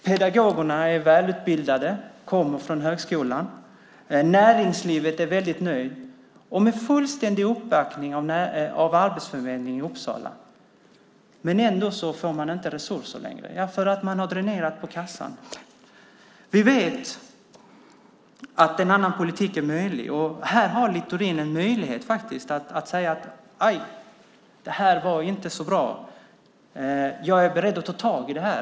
Pedagogerna är välutbildade och kommer från högskolan. Näringslivet är väldigt nöjt, och man har fullständig uppbackning av Arbetsförmedlingen i Uppsala. Ändå får man inte resurser längre. Det är för att man har dränerat kassan. Vi vet att en annan politik är möjlig. Här har Littorin en möjlighet att säga: Det här var inte så bra. Jag är beredd att ta tag i det här.